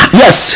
yes